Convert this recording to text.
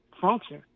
function